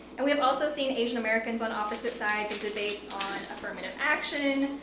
and we have also seen asian americans on opposite sides of debates on affirmative action,